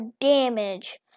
damage